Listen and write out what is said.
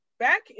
Back